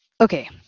Okay